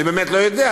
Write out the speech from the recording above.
אני באמת לא יודע.